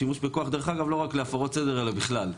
שימוש בכוח דרך אגב לא רק להפרות סדר אלא בכלל.